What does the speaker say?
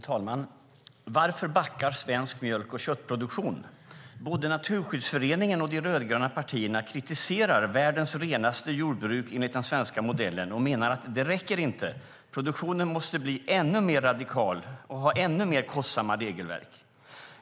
Fru talman! Varför backar svensk mjölk och köttproduktion? Både Naturskyddsföreningen och de rödgröna partierna kritiserar världens renaste jordbruk enligt den svenska modellen och menar att det inte räcker - produktionen måste bli ännu mer radikal och ha ännu mer kostsamma regelverk.